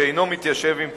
שאינו מתיישב עם תקציבה,